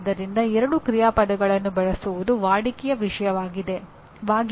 ಆದ್ದರಿಂದ ಯಾರಾದರೂ ಪ್ರತ್ಯೇಕವಾಗಿ ಕೆಲಸ ಮಾಡುವ ಪ್ರಶ್ನೆಯೇ ಇಲ್ಲ